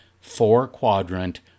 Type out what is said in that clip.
four-quadrant